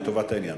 לטובת העניין.